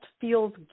feels